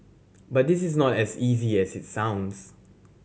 but this is not as easy as it sounds